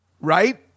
right